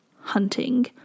hunting